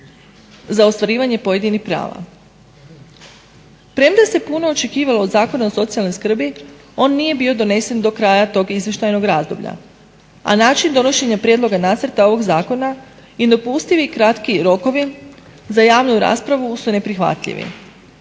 za ostvarivanje pojedinih prava. Premda se puno očekivalo od Zakona o socijalnoj skrbi on nije bio donesen do kraja tog izvještajnog razdoblja, a način donošenja prijedloga nacrta ovog Zakona i nedopustivi kratki rokovi za javnu raspravu su neprihvatljivi.